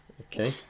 Okay